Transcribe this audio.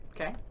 Okay